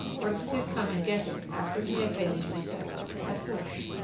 where he could come and get him after he had paid his respects at fourche.